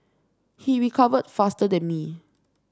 he recovered faster than me